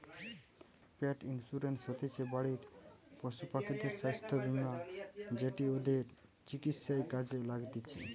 পেট insurance হতিছে বাড়ির পশুপাখিদের স্বাস্থ্য বীমা যেটি ওদের চিকিৎসায় কাজে লাগতিছে